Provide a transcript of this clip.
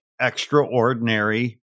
extraordinary